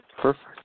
Perfect